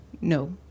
No